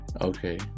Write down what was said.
okay